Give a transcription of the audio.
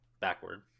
backward